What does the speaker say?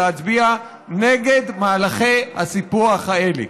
להצביע נגד מהלכי הסיפוח האלה.